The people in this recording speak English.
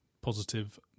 positive